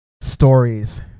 stories